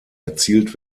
erzielt